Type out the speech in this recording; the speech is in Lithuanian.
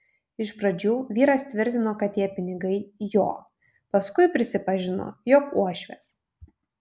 iš pradžių vyras tvirtino kad tie pinigai jo paskui prisipažino jog uošvės